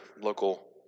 local